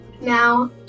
now